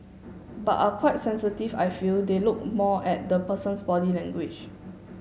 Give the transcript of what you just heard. but are quite sensitive I feel they look more at the person's body language